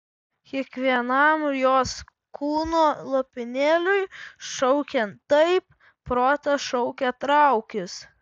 kiekvienam jos kūno lopinėliui šaukiant taip protas šaukė traukis